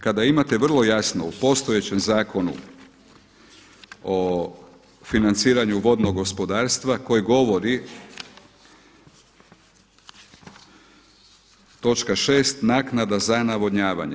Kada imate vrlo jasno u postojećem Zakonu o financiranju vodnog gospodarstva koji govori, točka 6. Naknada za navodnjavanje.